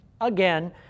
again